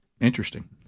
interesting